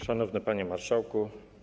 Szanowny Panie Marszałku!